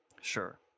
Sure